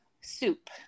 soup